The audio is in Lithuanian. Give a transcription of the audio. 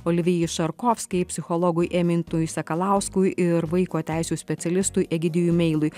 olivijai šarkovskai psichologui emintui sakalauskui ir vaiko teisių specialistui egidijui meilui